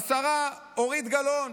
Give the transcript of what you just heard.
השרה אורית גלאון.